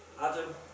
Adam